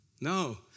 No